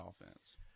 offense